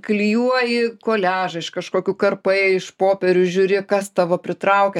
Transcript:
klijuoji koliažą iš kažkokių karpai iš popierių žiūri kas tavo pritraukia